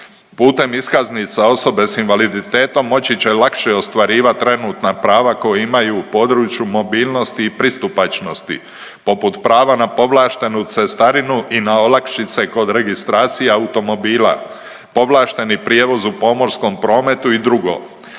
Putem iskaznice osobe s invaliditetom moći će lakše ostvarivati trenutna prava koja imaju u području mobilnosti i pristupačnosti, poput prava na povlaštenu cestarinu i na olakšice kod registracija automobila, povlašteni prijevoz u pomorskom prometu i drugo.